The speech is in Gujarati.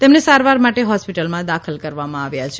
તેમને સારવાર માટે હોસ્પિટલમાં દાખલ કરવામાં આવ્યા છે